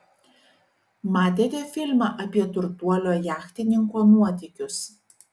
matėte filmą apie turtuolio jachtininko nuotykius